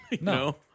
No